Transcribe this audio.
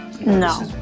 No